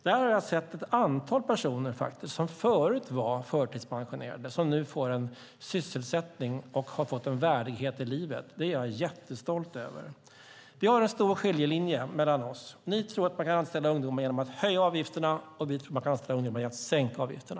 Där har jag sett ett antal personer som förut var förtidspensionerade och som nu får en sysselsättning och har fått en värdighet i livet. Det är jag jättestolt över. Det är en stor skiljelinje mellan oss. Ni tror att man kan anställa ungdomar genom att höja avgifterna. Vi tror att man kan anställa ungdomar genom att sänka avgifterna.